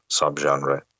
subgenre